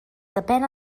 depén